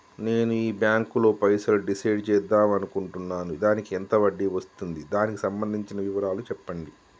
నేను ఈ బ్యాంకులో పైసలు డిసైడ్ చేద్దాం అనుకుంటున్నాను దానికి ఎంత వడ్డీ వస్తుంది దానికి సంబంధించిన వివరాలు చెప్పండి?